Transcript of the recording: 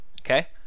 Okay